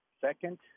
Second